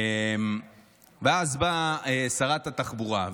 ואז באה שרת התחבורה.